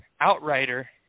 Outrider